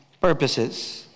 purposes